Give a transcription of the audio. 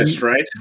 right